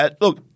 look